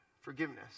forgiveness